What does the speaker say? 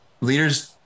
leaders